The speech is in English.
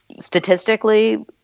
statistically